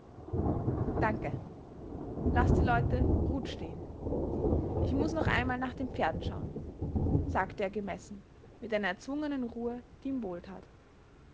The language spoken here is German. danke laß die leute ruht stehen ich muß noch einmal nach den pferden schau'n sagte er gemessen mit einer erzwungenen ruhe die ihm